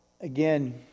Again